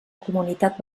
comunitat